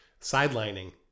sidelining